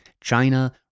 China